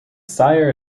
sire